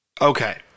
Okay